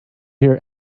here